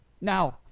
Now